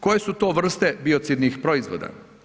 Koje su to vrste biocidnih proizvoda?